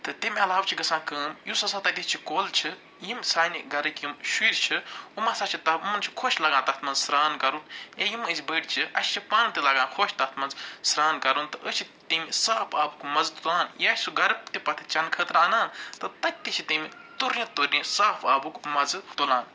تہٕ تَمہِ علاوٕ چھِ گَژھان کٲم یُس ہَسا تَتِچ کۄل چھِ یِم سانہِ گرٕکۍ یِم شُرۍ چھِ یِم ہَسا چھِ تہ یِمن چھِ خۄش لَگان تتھ منٛز سرٛان کَرُن یا یِم ٲسۍ بٔڑۍ چھِ اَسہِ چھِ پانہٕ تہِ لگان خۄش تَتھ منٛز سرٛان کَرُن تہٕ أسۍ چھِ تَمہِ صاف آبُک مَزٕ تہِ تُلان یا سُہ گَرٕ تہِ پتہٕ چَنہٕ خٲطرٕ اَنان تہٕ تَتہِ تہِ چھِ تَمہِ تُرنہِ تُرنہِ صاف آبُک مَزٕ تُلان